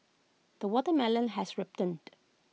the watermelon has ripened